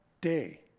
day